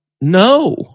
No